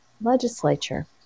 legislature